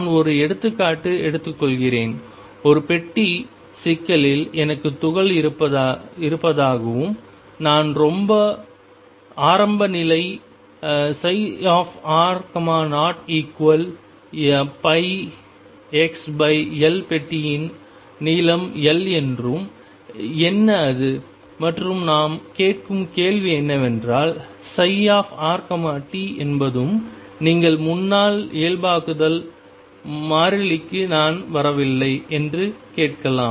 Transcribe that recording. நான் ஒரு எடுத்துக்காட்டு எடுத்துக்கொள்கிறேன் ஒரு பெட்டி சிக்கலில் எனக்கு துகள் இருப்பதாகவும் நான் ஆரம்ப நிலை r0πxL பெட்டியின் நீளம் L என்றும் என்ன அது மற்றும் நாம் கேட்கும் கேள்வி என்னவென்றால் ψrt என்பதும் நீங்கள் முன்னால் இயல்பாக்குதல் மாறிலிக்கு நான் வரவில்லை என்று கேட்கலாம்